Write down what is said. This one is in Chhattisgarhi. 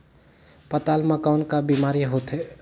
पातल म कौन का बीमारी होथे?